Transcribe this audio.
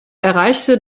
erreichte